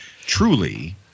truly